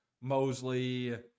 Mosley